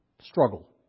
Struggle